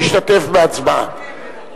הממשלה אישרה את תקציב הביטחון,